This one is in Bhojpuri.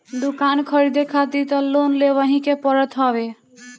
दुकान खरीदे खारित तअ लोन लेवही के पड़त हवे